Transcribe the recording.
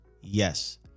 yes